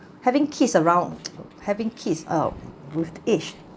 having kids around having kids out with age